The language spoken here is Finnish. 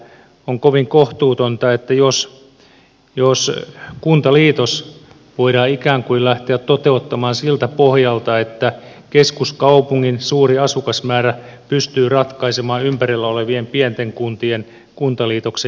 on kovin kohtuutonta jos kuntaliitos voidaan ikään kuin lähteä toteuttamaan siltä pohjalta että keskuskaupungin suuri asukasmäärä pystyy ratkaisemaan ympärillä olevien pienten kuntien kuntaliitoksen itseensä